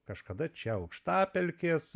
kažkada čia aukštapelkės